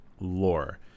lore